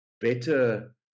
better